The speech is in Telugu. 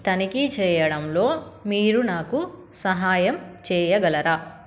తనిఖీ చేయడంలో మీరు నాకు సహాయం చేయగలరా